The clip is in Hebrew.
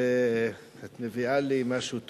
את מביאה לי משהו טוב.